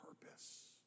purpose